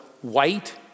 white